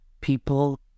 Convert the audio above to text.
People